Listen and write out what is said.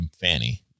Fanny